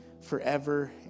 forever